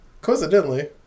coincidentally